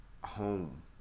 home